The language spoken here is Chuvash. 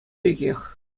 пекех